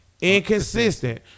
Inconsistent